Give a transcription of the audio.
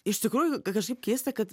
iš tikrųjų kažkaip keista kad